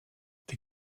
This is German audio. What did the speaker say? die